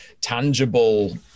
tangible